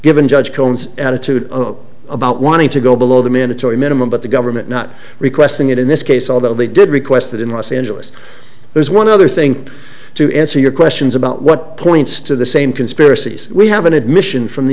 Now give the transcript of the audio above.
given judge jones attitude about wanting to go below the minatory minimum but the government not requesting it in this case although they did request it in los angeles there's one other thing to answer your questions about what points to the same conspiracies we have an admission from the